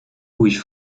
rouille